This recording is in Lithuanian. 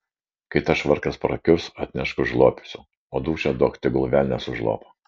kai tas švarkas prakiurs atnešk užlopysiu o dūšią duok tegul velnias užlopo